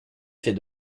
fait